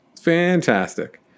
fantastic